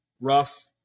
rough